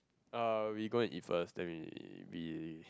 uh we go and eat first then we we